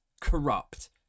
corrupt